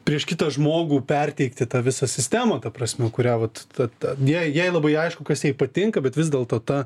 prieš kitą žmogų perteikti tą visą sistemą ta prasme kurią vat ta ta jai labai aišku kas jai patinka bet vis dėlto ta